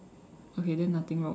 okay then nothing lor